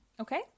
okay